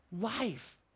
life